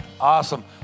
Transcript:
Awesome